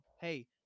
hey